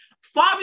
far